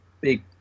big